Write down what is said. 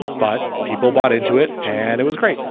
but people bought into it and it was great.